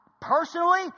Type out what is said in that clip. Personally